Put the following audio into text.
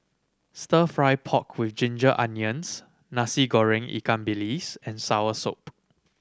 Stir Fry pork with ginger onions Nasi Goreng ikan bilis and soursop